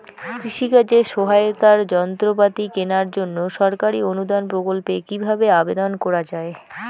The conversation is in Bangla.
কৃষি কাজে সহায়তার যন্ত্রপাতি কেনার জন্য সরকারি অনুদান প্রকল্পে কীভাবে আবেদন করা য়ায়?